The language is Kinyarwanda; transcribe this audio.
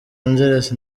angeles